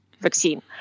vaccine